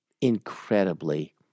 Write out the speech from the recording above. incredibly